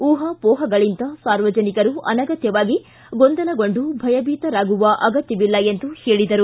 ಊಹಾಮೋಹಾಗಳಿಂದ ಸಾರ್ವಜನಿಕರು ಅನಗತ್ಯವಾಗಿ ಗೊಂದಲಗೊಂಡು ಭಯಭೀತರಾಗುವ ಅಗತ್ಯವಿಲ್ಲ ಎಂದು ಹೇಳಿದರು